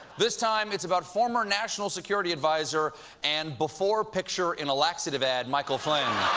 this time, it's about former national security advisor and before picture in a laxative ad, michael flynn.